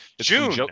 June